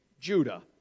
Judah